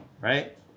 right